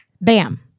bam